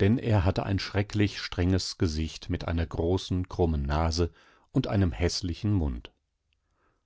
denn er hatte ein schrecklich strenges gesicht mit einer großen krummen naseundeinemhäßlichenmund